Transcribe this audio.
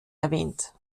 erwähnt